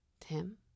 Tim